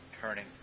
Turning